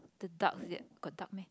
the duck is it got duck meh